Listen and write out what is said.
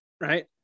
Right